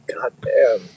goddamn